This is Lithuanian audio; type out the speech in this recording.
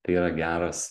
tai yra geras